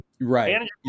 right